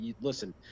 listen